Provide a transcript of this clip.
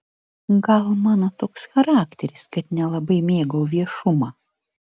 gal mano toks charakteris kad nelabai mėgau viešumą